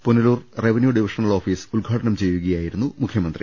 Punalur revenue division office ഉദ്ഘാടനം ചെയ്യുകയായിരുന്നു മുഖ്യമന്ത്രി